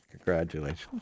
Congratulations